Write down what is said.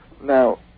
Now